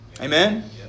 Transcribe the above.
Amen